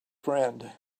friend